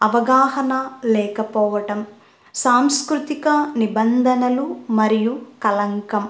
అవగాహన లేకపోవడం సాంస్కృతిక నిబంధనలు మరియు కళంకం